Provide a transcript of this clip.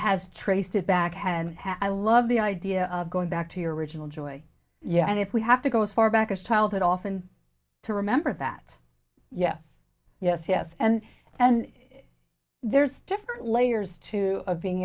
has traced it back and i love the idea of going back to your original joy yeah and if we have to go as far back as childhood often to remember that yes yes and yes and there's different layers to of being